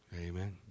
amen